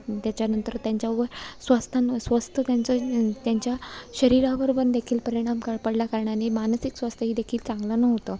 त्याच्यानंतर त्यांच्यावर स्वस्तान स्वास्थ्य त्यांचं त्यांच्या शरीरावर पण देखील परिणाम क पडल्याकारणाने मानसिक स्वास्थ्यदेखील चांगलं नव्हतं